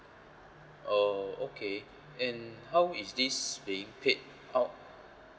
uh okay and how is this being paid out